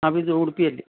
office ಉಡುಪಿಯಲ್ಲಿ